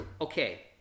Okay